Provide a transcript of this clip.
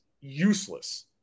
useless